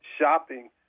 shopping